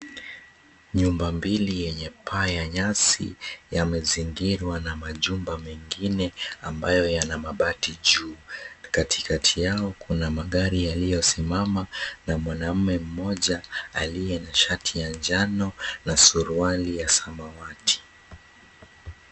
Nyumba mbili yenye paa ya nyasi yamezingirwa na majumba mingine ambayo yana mabati juu. Katikati yao kuna magari yaliyosimama na mwanaume mmoja aliye na shati ya njano na suruali ya samawati.